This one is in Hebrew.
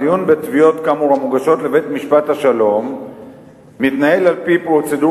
הדיון בתביעות כאמור המוגשות לבית-משפט השלום מתנהל על-פי פרוצדורה